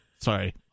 Sorry